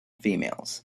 females